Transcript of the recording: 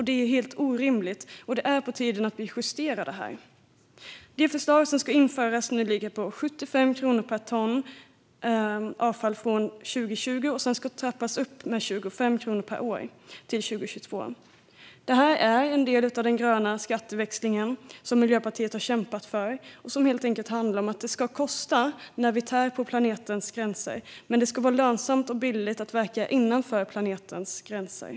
Det är helt orimligt. Det är på tiden att vi justerar det. Det förslag som ska införas nu ligger på 75 kronor per ton avfall från 2020. Sedan ska det trappas upp med 25 kronor per år till 2022. Detta är en del av den gröna skatteväxling som Miljöpartiet har kämpat för och som helt enkelt handlar om att det ska kosta när vi tär på planetens gränser, men det ska vara lönsamt och billigt att verka innanför planetens gränser.